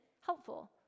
helpful